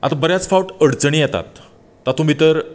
आतां बऱ्यांच फावट अडचणी येतात तातूंत भितर